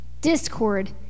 discord